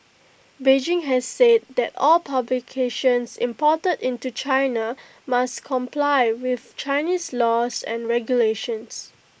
Beijing has said that all publications imported into China must comply with Chinese laws and regulations